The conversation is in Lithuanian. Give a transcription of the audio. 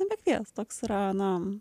nebekvies toks yra na